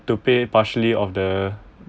to pay partially of the